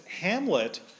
Hamlet